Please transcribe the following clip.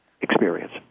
experience